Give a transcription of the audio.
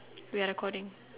we are recording